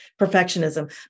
perfectionism